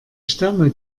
sterne